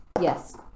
Yes